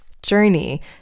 Journey